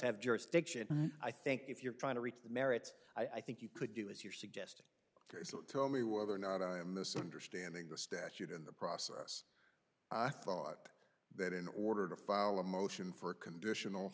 have jurisdiction i think if you're trying to reach the merits i think you could do as you're suggesting tell me whether or not i am misunderstanding the statute in the process i thought that in order to file a motion for conditional